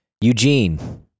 Eugene